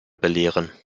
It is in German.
belehren